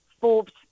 Forbes